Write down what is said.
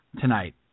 tonight